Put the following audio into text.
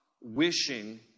wishing